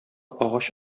агач